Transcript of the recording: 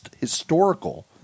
historical